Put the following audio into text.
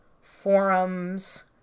forums